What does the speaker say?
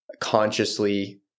consciously